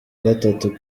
gatatu